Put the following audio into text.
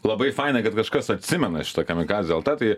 labai fainai kad kažkas atsimena šitą kamikadzė lt tai